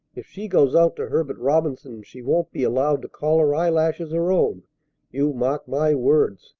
if she goes out to herbert robinson's, she won't be allowed to call her eyelashes her own you mark my words